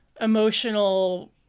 emotional